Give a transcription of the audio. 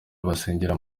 basengera